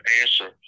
answer